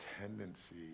tendency